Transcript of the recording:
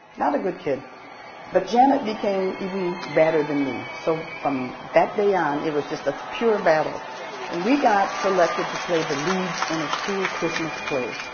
not a good kid but janet became even badder than me, so from that day on, it was just a pure battle and we got selected to play the leads in a school christmas play,